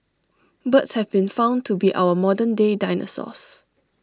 birds have been found to be our modern day dinosaurs